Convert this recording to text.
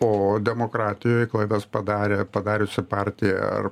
o demokratijoj klaidas padarę padariusi partija ar